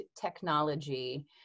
technology